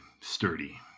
sturdy